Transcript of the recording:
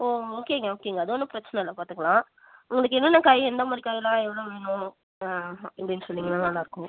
ஓ ஓகேங்க ஓகேங்க அது ஒன்றும் பிரச்னை இல்லை பார்த்துக்குலாம் உங்களுக்கு என்னென்ன காய் எந்த மாதிரி காய்யெல்லாம் எவ்வளோ வேணும் ஆன் அப்படின் சொன்னிங்ன்னா நல்லாயிருக்கும்